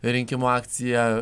rinkimų akcija